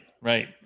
right